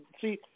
see –